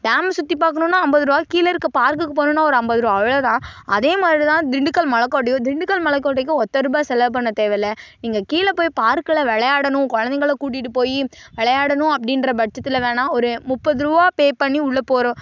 dam சுற்றிப்பாக்கணுன்னா ஐம்பதுருபா கீழ இருக்கிற பார்க்குக்கு போகணுன்னா ஒரு ஐம்பதுருபா அவ்ளோ தான் அதே மாதிரி தான் திண்டுக்கல் மலைக்கோட்டையும் திண்டுக்கல் மலைக்கோட்டைக்கு ஒத்தரூபா செலவு பண்ண தேவையில்ல நீங்கள் கீழப்போய் பார்க்கில் விளையாடணும் குழந்தைங்கள கூட்டிகிட்டுப்போயி விளையாடணும் அப்படின்றபட்சத்துல வேணா ஒரு முப்பதுரூபா பேய் பண்ணி உள்ளே போகற